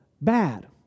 bad